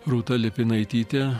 rūta lipinaitytė